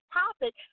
topic